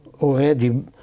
Already